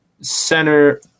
center